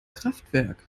kraftwerk